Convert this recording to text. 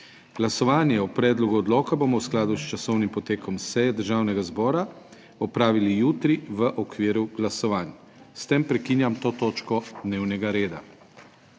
Glasovanje o predlogu odloka bomo v skladu s časovnim potekom seje Državnega zbora opravili jutri v okviru glasovanj. S tem prekinjam to točko dnevnega reda.